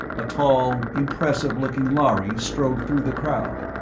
a tall, impressive-looking lhari strode through the crowd,